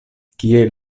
kie